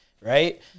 right